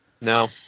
No